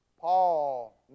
Paul